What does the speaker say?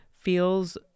feels